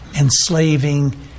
enslaving